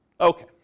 Okay